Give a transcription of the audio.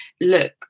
look